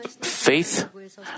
Faith